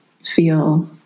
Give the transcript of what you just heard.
feel